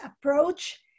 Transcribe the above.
approach